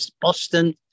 Boston